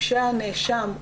הנאשם,